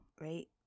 right